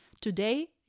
today